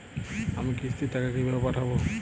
আমি কিস্তির টাকা কিভাবে পাঠাব?